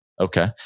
okay